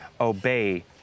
obey